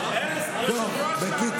ארז, יושב-ראש